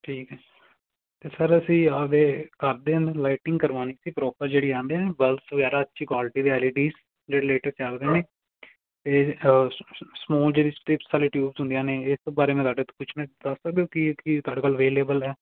ਠੀਕ ਹੈ ਅਤੇ ਸਰ ਅਸੀਂ ਆਪਦੇ ਘਰ ਦੇ ਅੰਦਰ ਲਾਈਟਿੰਗ ਕਰਵਾਉਣੀ ਸੀ ਪ੍ਰੋਪਰ ਜਿਹੜੀ ਆਉਂਦੀ ਹੈ ਨਾ ਬਲਬਸ ਵਗੈਰਾ ਅੱਛੀ ਕੁਆਲਟੀ ਦੇ ਐੱਲ ਈ ਡੀਸ ਜਿਹੜੇ ਲੇਟੈਸਟ ਚੱਲ ਰਹੇ ਨੇ ਅਤੇ ਸਮੋਲ ਜਿਹੜੀ ਸਟਰਿੱਪਸ ਵਾਲੀ ਟਿਊਬਸ ਹੁੰਦੀਆਂ ਨੇ ਇਸ ਬਾਰੇ ਮੈਂ ਤੁਹਾਡੇ ਤੋਂ ਪੁੱਛਣਾ ਦੱਸ ਸਕਦੇ ਹੋ ਕੀ ਹੈ ਕੀ ਤੁਹਾਡੇ ਕੋਲ ਅਵੇਲੇਬਲ ਹੈ